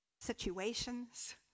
situations